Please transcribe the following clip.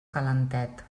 calentet